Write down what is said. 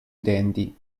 utenti